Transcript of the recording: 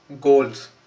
goals